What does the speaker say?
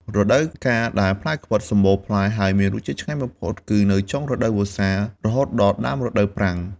រដូវកាលដែលផ្លែខ្វិតសម្បូរផ្លែ ហើយមានរសជាតិឆ្ងាញ់បំផុត គឺនៅចុងរដូវវស្សា រហូតដល់ដើមរដូវប្រាំង។